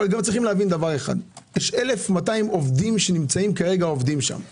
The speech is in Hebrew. אבל יש להבין: יש 1,200 עובדים שעובדים שם כרגע.